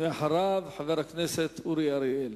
ואחריו, חבר הכנסת אורי אריאל.